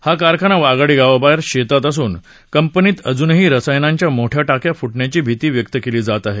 हा कारखाना वाघाडी गावाबाहेर शेतात असून कंपनीत अजूनही रसायनांच्या मोठ्या टाक्या फ्टण्याची भिती व्यक्त केली जात हे